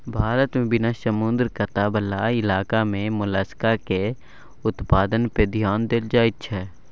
भारत मे बिना समुद्र कात बला इलाका मे मोलस्का केर उत्पादन पर धेआन देल जाइत छै